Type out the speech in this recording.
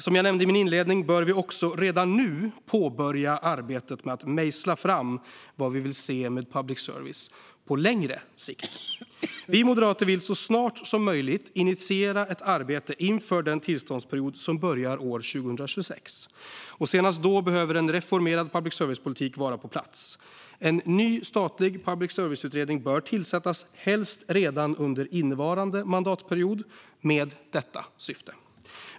Som jag nämnde i min inledning bör vi också redan nu påbörja arbetet med att mejsla fram vad vi vill se med public service på längre sikt. Vi moderater vill så snart som möjligt initiera ett arbete inför den tillståndsperiod som börjar år 2026. Senast då behöver en reformerad public service-politik vara på plats. En ny statlig public service-utredning bör tillsättas, helst redan under innevarande mandatperiod, med detta syfte.